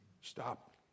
Stop